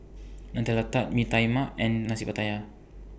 Nutella Tart Mee Tai Mak and Nasi Pattaya